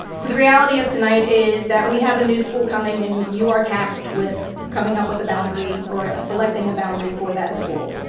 so the reality of tonight is that we have a new school coming and you are tasked with coming up with a boundary or selecting a boundary for that school.